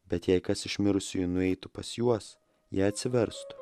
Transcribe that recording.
bet jei kas iš mirusiųjų nueitų pas juos jie atsiverstų